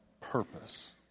purpose